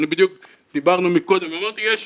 בדיוק דיברנו קודם, אמרתי שיש